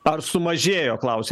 ar sumažėjo klausia